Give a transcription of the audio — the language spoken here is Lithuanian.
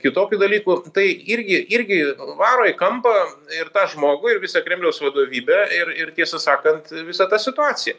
kitokių dalykų tai irgi irgi varo į kampą ir tą žmogų ir visą kremliaus vadovybę ir ir tiesą sakant visą tą situaciją